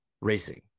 racing